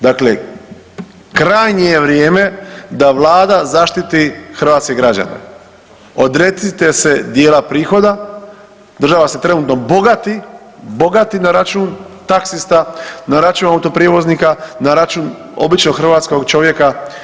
Dakle, krajnje je vrijeme da vlada zaštiti hrvatske građane, odrecite se dijela prihoda, država se trenutno bogati, bogati na račun taksista, na račun autoprijevoznika, na račun običnog hrvatskog čovjeka.